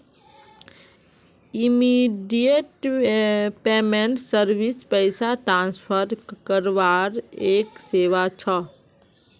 immediate payment service पैसा transfer करवार एक सेवा छ